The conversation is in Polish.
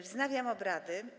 Wznawiam obrady.